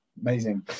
amazing